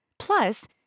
Plus